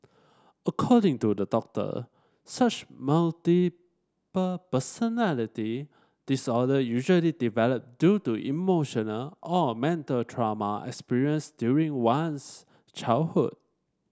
according to the doctor such multiple personality disorder usually develop due to emotional or mental trauma experienced during one's childhood